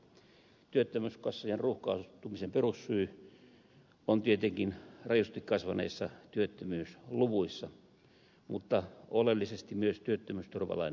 ihan lopuksi työttömyyskassojen ruuhkautumisen perussyy on tietenkin rajusti kasvaneissa työttömyysluvuissa mutta oleellisesti myös työttömyysturvalain monimutkaisuudessa